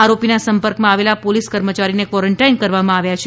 આરોપીના સંપર્કમાં આવેલા પોલીસ કર્મયારીને ક્વોરોન્ટાઇન કરવામાં આવ્યા છે